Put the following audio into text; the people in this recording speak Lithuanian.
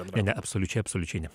ne ne absoliučiai absoliučiai ne